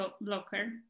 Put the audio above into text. Blocker